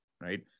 right